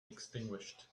extinguished